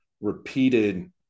repeated